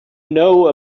know